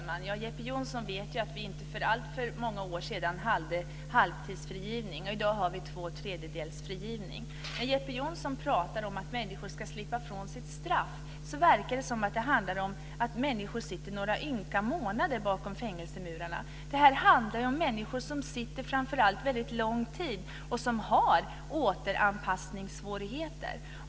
Herr talman! Jeppe Johnsson vet ju att vi för inte alltför många år sedan hade halvtidsfrigivning, i dag har vi tvåtredjedelsfrigivning. När Jeppe Johnsson talar om att människor ska slippa ifrån sitt straff så verkar det som om det handlar om att människor sitter några ynnka månader bakom fängelsemurarna. Men det här handlar ju framför allt om människor som sitter i fängelse under väldigt lång tid och som har återanpassningssvårigheter.